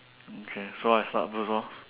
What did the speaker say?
okay so I start first lor